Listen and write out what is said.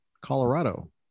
Colorado